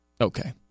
Okay